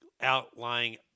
outlying